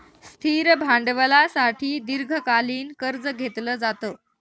स्थिर भांडवलासाठी दीर्घकालीन कर्ज घेतलं जातं